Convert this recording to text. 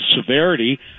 severity